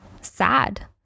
sad